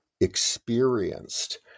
experienced